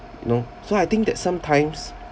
you know so I think that sometimes